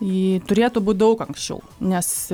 turėtų būt daug anksčiau nes